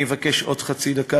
אני אבקש עוד חצי דקה,